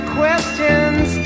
questions